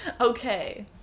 Okay